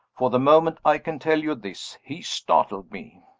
for the moment, i can tell you this, he startled me.